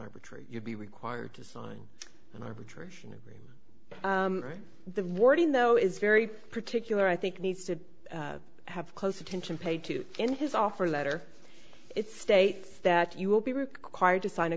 arbitrary you'd be required to sign an arbitration agreement the morning though is very particular i think needs to have close attention paid to in his offer letter it states that you will be required to sign a